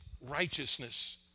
righteousness